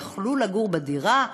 יכלו לגור בדירה,